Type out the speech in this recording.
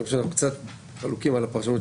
אני חושב שאנחנו קצת חלוקים על הפרשנות.